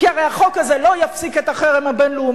כי הרי החוק הזה לא יפסיק את החרם הבין-לאומי,